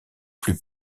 plus